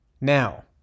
Now